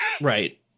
Right